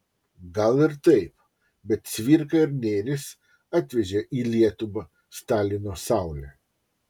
gal ir taip bet cvirka ir nėris atvežė į lietuvą stalino saulę